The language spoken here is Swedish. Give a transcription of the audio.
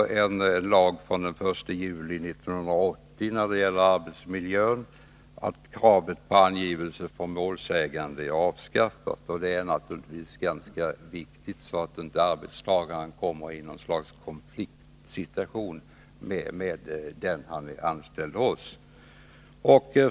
I en lag från den 1 juli 1980 när det gäller arbetsmiljön har kravet på angivelse från målsägande avskaffats, och det är naturligtvis viktigt att arbetstagaren därmed inte kan kommai något slags konfliktsituation gentemot den han är anställd hos.